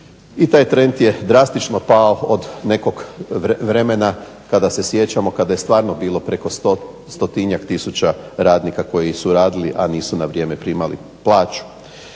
I taj trend je drastično pao od nekog vremena kada se sjećamo kada je stvarno bilo preko 100-ak tisuća radnika koji su radili a nisu na vrijeme primali plaću.